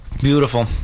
Beautiful